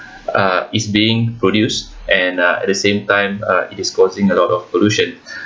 uh is being produced and uh at the same time uh it is causing a lot of pollution